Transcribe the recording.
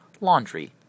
laundry